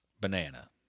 banana